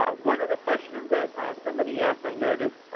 um one of the questions that somebody asked, i noticed,